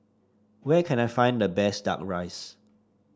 where can I find the best duck rice